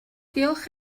diolch